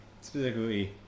specifically